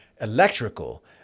electrical